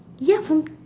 ya from